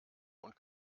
und